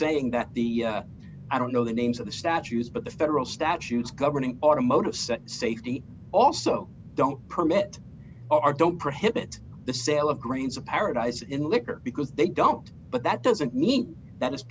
saying that the i don't know the names of the statues but the federal statutes governing automotive said safety also don't permit our don't prohibit the sale of grains of paradise in liquor because they don't but that doesn't mean that is